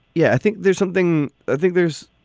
yeah, i think there's something. i think there's.